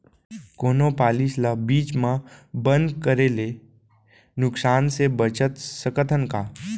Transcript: कोनो पॉलिसी ला बीच मा बंद करे ले नुकसान से बचत सकत हन का?